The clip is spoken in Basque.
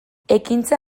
ekintza